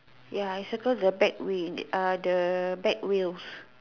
ya I circle the back wind uh the back wheels